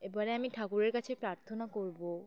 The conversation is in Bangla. এবারে আমি ঠাকুরের কাছে প্রার্থনা করবো